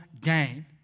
gain